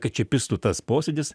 kačepistų tas posėdis